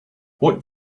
what